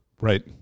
right